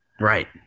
Right